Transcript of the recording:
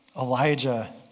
Elijah